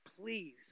please